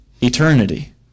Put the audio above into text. eternity